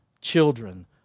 children